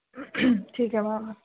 ਠੀਕ ਹੈ ਮੈਮ